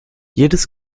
jedes